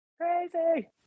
crazy